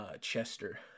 Chester